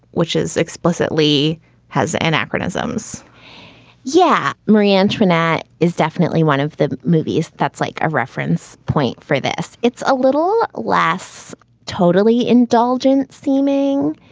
which is explicitly has anachronisms yeah. marie-antoinette is definitely one of the movies that's like a reference point for this. it's a little less totally indulgent seeming,